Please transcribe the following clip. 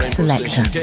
Selection